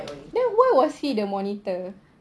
then why was he the monitor